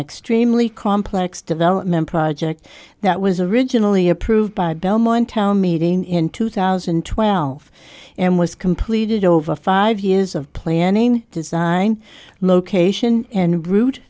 extremely complex development project that was originally approved by belmont town meeting in two thousand and twelve and was completed over five years of planning design location and r